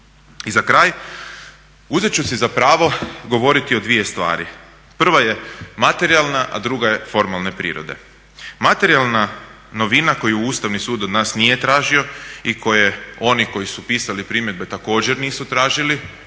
I za kraj, uzet ću si za pravo govoriti o dvije stvari. Prva je materijalna, a druga je formalne prirode. Materijalna novina koju Ustavni sud od nas nije tražio i koje oni koji su pisali primjedbe također nisu tražili,